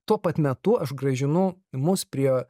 tuo pat metu aš grąžinu mus prie